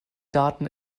daten